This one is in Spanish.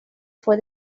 fue